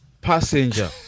passenger